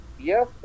yes